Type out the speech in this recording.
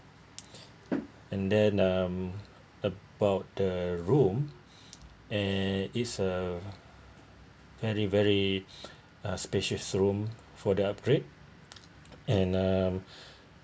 and then um about the room and it's a very very a suspicious room for the upgrade and um